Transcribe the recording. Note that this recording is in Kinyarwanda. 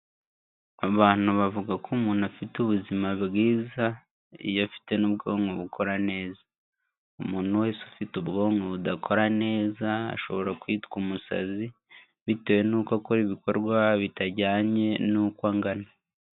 Abantu bavuga ko umuntu afite ubuzima bwiza iyo afite n'ubwonko bukora neza, umuntu wese ufite ubwonko budakora neza ashobora kwitwa umusazi, bitewe nuko akora ibikorwa bitajyanye nuko angana.